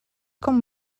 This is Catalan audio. com